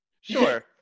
Sure